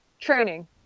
training